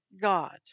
God